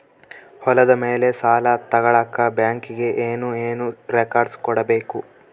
ಹೊಲದ ಮೇಲೆ ಸಾಲ ತಗಳಕ ಬ್ಯಾಂಕಿಗೆ ಏನು ಏನು ರೆಕಾರ್ಡ್ಸ್ ಕೊಡಬೇಕು?